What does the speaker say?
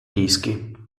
dischi